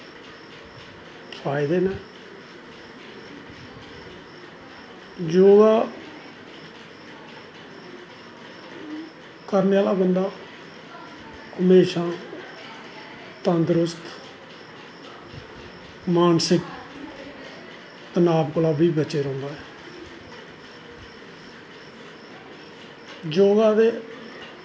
फायदे न योग करने आह्ला बंदा म्हेशां तंदरुस्त मानसक तनाव कोला दा बी बचे रौंह्दा ऐ योग दे